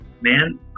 Man